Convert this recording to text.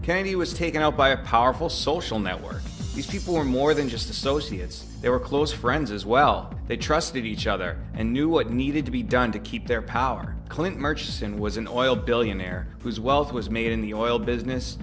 kennedy was taken out by a powerful social network these people were more than just associates they were close friends as well they trusted each other and knew what needed to be done to keep their power clint murchison was an oil billionaire whose wealth was made in the oil business